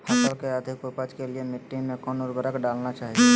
फसल के अधिक उपज के लिए मिट्टी मे कौन उर्वरक डलना चाइए?